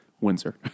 Windsor